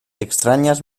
extrañas